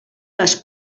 les